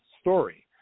story